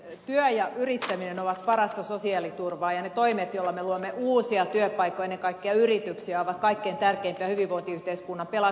työ ja yrittäminen ovat parasta sosiaaliturvaa ja ne toimet joilla me luomme uusia työpaikkoja ennen kaikkea yrityksiä ovat kaikkein tärkeimpiä hyvinvointiyhteiskunnan pelastamiseksi